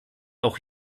auch